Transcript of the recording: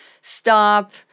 stop